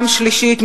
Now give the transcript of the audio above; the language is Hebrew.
שלישית,